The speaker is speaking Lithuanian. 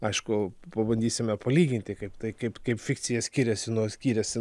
aišku pabandysime palyginti kaip tai kaip kaip fikcija skiriasi nuo skiriasi